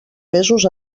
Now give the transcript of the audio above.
mesos